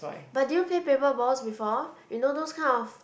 but do you play paper balls before you know those kind of